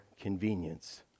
convenience